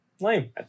Lame